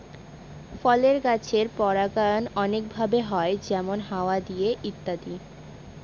ফলের গাছের পরাগায়ন অনেক ভাবে হয় যেমন হাওয়া দিয়ে ইত্যাদি